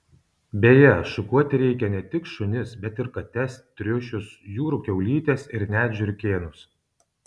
beje šukuoti reikia ne tik šunis bet ir kates triušius jūrų kiaulytes ir net žiurkėnus